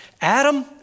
Adam